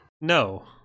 no